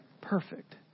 perfect